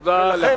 לכן,